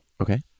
Okay